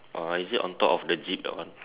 uh is it on top of the jeep that one